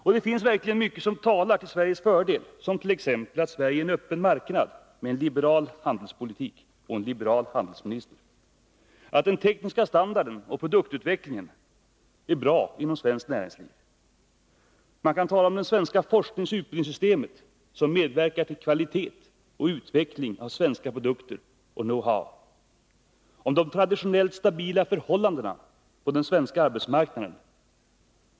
Och det finns verkligen mycket som talar till Sveriges fördel, t.ex. att Sverige är en öppen marknad med en liberal handelspolitik och en liberal handelsminister, att den tekniska standarden och produktutvecklingen är bra inom svenskt näringsliv. Man kan tala om det svenska forskningsoch utbildningssystemet, som medverkar till kvalitet och till utveckling av svenska produkter och know-how, om de traditionellt stabila förhållandena på den svenska arbetsmarknaden.